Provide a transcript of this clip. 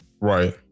Right